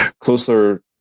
closer